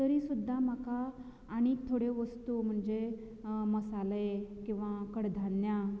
तरी सुद्दां म्हाका आनीक थोेड्यो वस्तू म्हणजे मसाले किंवां कडधान्यां